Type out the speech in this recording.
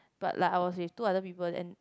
but like I was with two other people and